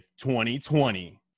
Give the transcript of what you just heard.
2020